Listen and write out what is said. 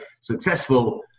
successful